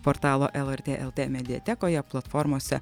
portalo lrt lt mediatekoje platformose